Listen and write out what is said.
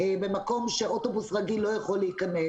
במקום שאוטובוס רגיל לא יכול להכנס.